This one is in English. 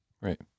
Right